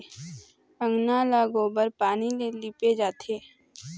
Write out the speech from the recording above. अंगना ल गोबर पानी ले लिपे जाथे